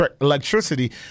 electricity